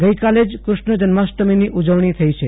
ગઇકાલે જ ક્રષ્ણ જન્માષ્ટમીની ઉજવણી થઇ છે